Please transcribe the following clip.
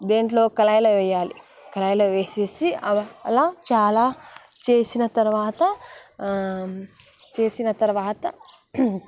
దేంట్లో కళాయిలో వేయాలి కళాయిలో వేసేసి అలా అలా చాలా చేసిన తరువాత చేసిన తరువాత